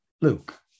Luke